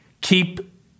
keep